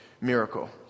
miracle